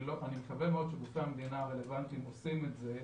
ואני מקווה מאוד שגופי המדינה הרלוונטיים עושים את זה,